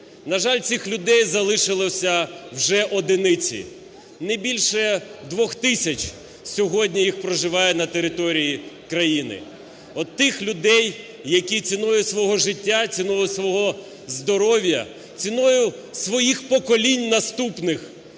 На жаль, цих людей залишилося вже одиниці, не більше 2 тисяч сьогодні їх проживає на території країни. От тих людей, які ціною свого життя, ціною свого здоров'я, ціною своїх поколінь наступних